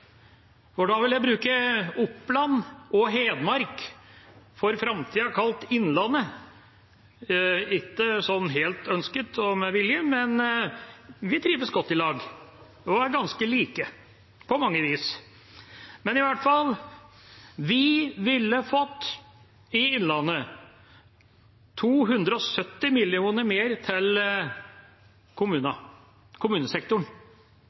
av. Da vil jeg bruke Oppland og Hedmark som eksempel – for framtida kalt Innlandet, ikke sånn helt ønsket og med vilje, men vi trives godt i lag og er ganske like på mange vis. Men i hvert fall: Vi ville fått 270 mill. kr mer til kommunesektoren i Innlandet, hvorav nesten 200 mill. kr til